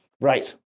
Right